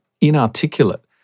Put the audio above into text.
inarticulate